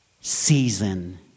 season